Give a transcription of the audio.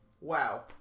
Wow